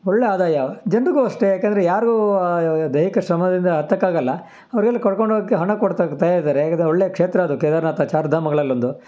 ಒಳ್ಳೆ ಆದಾಯ ಜನ್ರಿಗೂ ಅಷ್ಟೇ ಯಾಕೆಂದರೆ ಯಾರು ದೈಹಿಕ ಶ್ರಮದಿಂದ ಹತ್ತಕ್ಕಾಗಲ್ಲ ಅವರೆಲ್ಲ ಕರ್ಕೊಂಡೋಗಕ್ಕೆ ಹಣ ಕೊಡತಕ್ಕ ತಯಾರಿದ್ದಾರೆ ಯಾಕೆಂದರೆ ಒಳ್ಳೆ ಕ್ಷೇತ್ರ ಅದು ಕೇದಾರನಾಥ ಚಾರ್ಧಾಮಗಳಲ್ಲೊಂದು